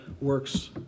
works